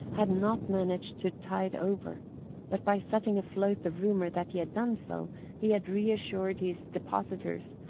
had not managed to tide over but by setting afloat the rumour that he had done so he had reassured his depositors,